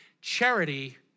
Charity